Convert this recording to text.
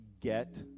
Get